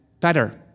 better